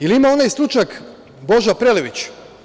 Ili ima onaj slučaj Boža Prelević.